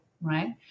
Right